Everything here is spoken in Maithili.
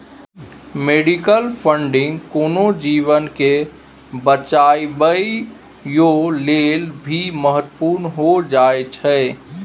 मेडिकल फंडिंग कोनो जीवन के बचाबइयो लेल भी महत्वपूर्ण हो जाइ छइ